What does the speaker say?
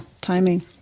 timing